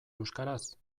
euskaraz